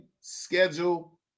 schedule